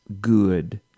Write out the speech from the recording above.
good